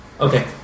Okay